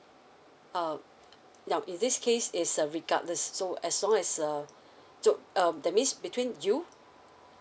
uh now in this case is uh regardless so as long as uh so um that means between you